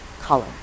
color